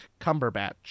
Cumberbatch